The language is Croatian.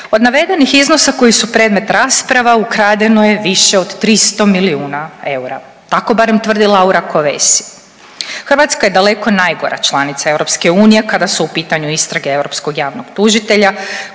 Od navedenih iznosa koji su predmet rasprava ukradeno je više od 300 milijuna eura, tako barem tvrdi Laura Kovesi. Hrvatska je daleko najgora članica EU kada su u pitanju istrage europskog